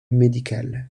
médical